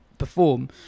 perform